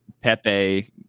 pepe